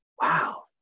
wow